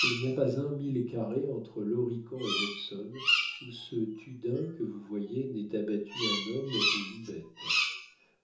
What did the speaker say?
et il n'y a pas un mille carré entre l'horican et l'hudson où ce tuedaim que vous voyez n'ait abattu un homme ou une bête